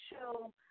show